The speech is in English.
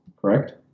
correct